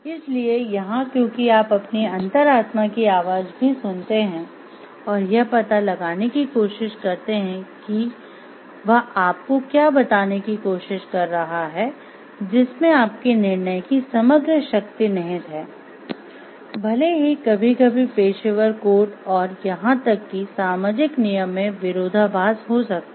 इसलिए यहां क्योंकि आप अपनी अंतरात्मा की आवाज भी सुनते हैं और यह पता लगाने की कोशिश करते हैं कि वह आपको क्या बताने की कोशिश कर रहा है जिसमे आपकी निर्णय की समग्र शक्ति निहित है भले ही कभी कभी पेशेवर कोड और यहां तक कि सामाजिक नियम में विरोधाभास हो सकता है